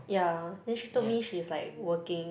yeah then she told me she's like working